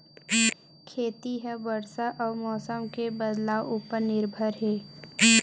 खेती हा बरसा अउ मौसम के बदलाव उपर निर्भर हे